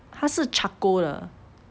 它是 charcoal 的